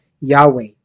Yahweh